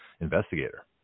investigator